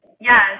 Yes